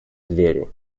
двери